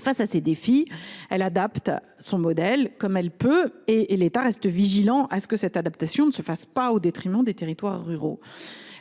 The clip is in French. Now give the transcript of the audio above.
Face à ces défis, La Poste adapte son modèle comme elle le peut ; l’État reste attentif à ce que cette adaptation ne se fasse pas au détriment des territoires ruraux.